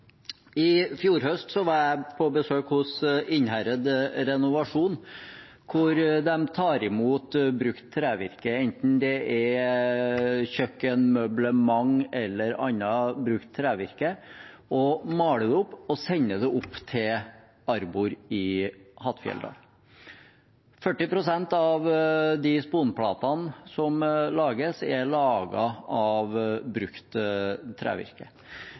I fjor høst var jeg på besøk hos Innherred Renovasjon, hvor de tar imot brukt trevirke – enten det er kjøkkenmøblement eller annet brukt trevirke – og maler det opp og sender det opp til Arbor i Hattfjelldal. 40 pst. av de sponplatene som lages, er laget av brukt trevirke.